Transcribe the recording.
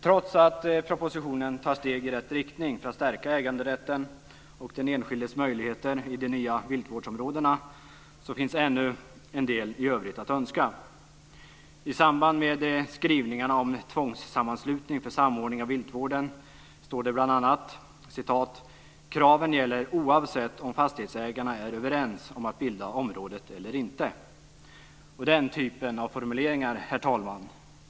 Trots att propositionen tar steg i rätt riktning för att stärka äganderätten och den enskildes möjligheter i de nya viltvårdsområdena, finns ännu en del övrigt att önska. I samband med skrivningarna om tvångsanslutning för samordning av viltvården står det bl.a.: Kraven gäller oavsett om fastighetsägarna är överens om att bilda området eller inte. Herr talman!